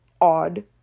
odd